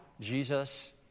Jesus